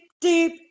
deep